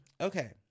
Okay